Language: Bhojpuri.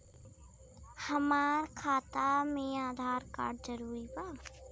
हमार खाता में आधार कार्ड जरूरी बा?